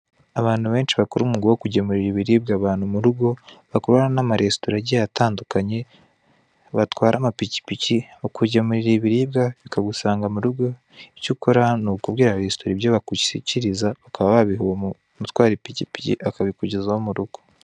Abantu bensho bakora umwuga wo kugemurira ibiribwa abantu mu rugo bakorana n'amaresitora agiye atandukanye batwara amapikipiki, mu kugemurira ibiribwa bikagusanga mu rugo, icyo ukora ni ukubwira resitora ibyo bagushyikiriza bakaba babiha uwo utwara ipikipiki akabikugezaho mu rugo.